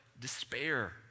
despair